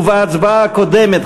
ובהצבעה הקודמת,